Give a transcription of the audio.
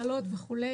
תעלות וכו',